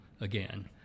again